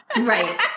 right